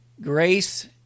Grace